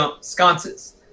sconces